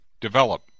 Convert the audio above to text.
develop